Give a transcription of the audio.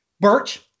Birch